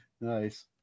nice